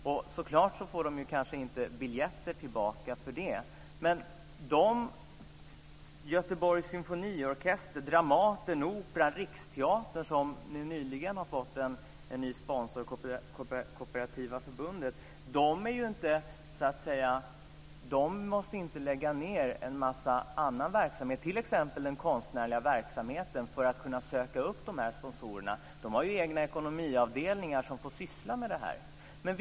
Självklart får de kanske inte biljetter i gengäld. Göteborgs symfoniorkester, Dramaten, Operan och Riksteatern som nyligen fått en ny sponsor, Kooperativa förbundet, måste ju inte lägga ned en massa annan verksamhet, t.ex. konstnärlig verksamhet, för att kunna söka upp de här sponsorerna, utan de har egna ekonomiavdelningar som får syssla med sådant här.